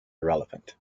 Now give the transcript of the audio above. irrelevant